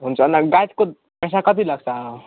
हुन्छ नि गाइडको पैसा कति लाग्छ